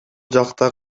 жакта